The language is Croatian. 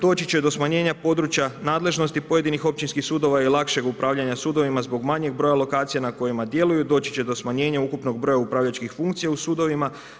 Doći će do smanjenja područja nadležnosti pojedinih općinskih sudova i lakšeg upravljanja sudovima zbog manjeg broja lokacija na kojima djeluju, doći će do smanjenja ukupnog broja upravljačkih funkcija u sudovima.